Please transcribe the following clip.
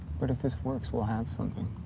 but if this works, we'll have something.